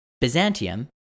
Byzantium